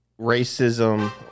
racism